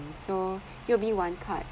so U_O_B one card